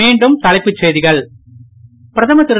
மீண்டும் தலைப்புச் செய்திகள் பிரதமர் திரு